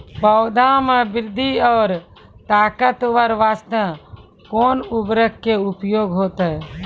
पौधा मे बृद्धि और ताकतवर बास्ते कोन उर्वरक के उपयोग होतै?